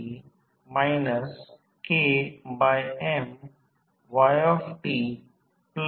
मी voltage सांगितले T W 2 winding आहे